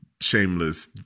shameless